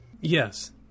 Yes